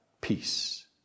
peace